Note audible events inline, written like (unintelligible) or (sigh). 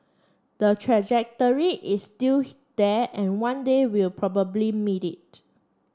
the trajectory is still (unintelligible) there and one day we'll probably meet it